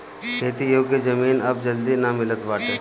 खेती योग्य जमीन अब जल्दी ना मिलत बाटे